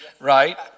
right